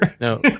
No